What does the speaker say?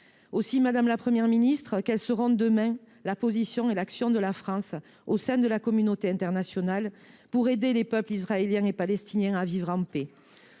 place. Madame la Première ministre, quelles seront, demain, la position et l’action de la France au sein de la communauté internationale pour aider les peuples israélien et palestinien à vivre en paix ?